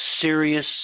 serious